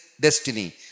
destiny